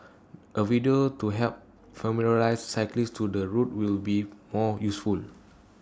A video to help familiarise cyclists to the route will be more useful